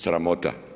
Sramota.